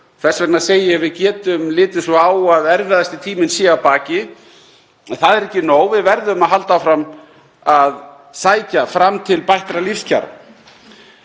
Þess vegna segi ég: Við getum litið svo á að erfiðasti tíminn sé að baki. En það er ekki nóg. Við verðum að halda áfram að sækja fram til bættra lífskjara.